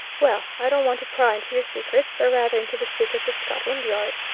well, i don't want to pry into your secrets, or rather into the secrets of scotland yard,